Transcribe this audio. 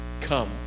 come